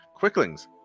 Quicklings